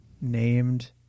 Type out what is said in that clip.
named